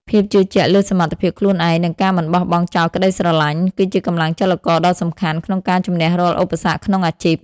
ភាពជឿជាក់លើសមត្ថភាពខ្លួនឯង និងការមិនបោះបង់ចោលក្តីស្រឡាញ់ គឺជាកម្លាំងចលករដ៏សំខាន់ក្នុងការជំនះរាល់ឧបសគ្គក្នុងអាជីព។